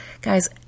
Guys